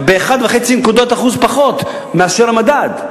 ב-1.5 נקודות האחוז פחות מאשר המדד.